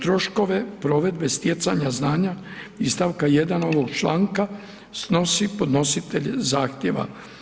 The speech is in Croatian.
Troškove provedbe stjecanja znanja iz st. 1. ovog članka snosi podnositelj zahtjeva.